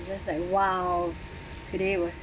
you just like !wow! today was